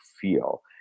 feel